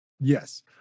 yes